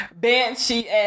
banshee